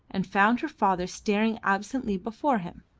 and found her father staring absently before him.